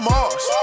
Mars